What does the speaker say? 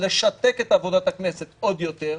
לשתק את עבודת הכנסת עוד יותר,